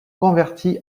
converti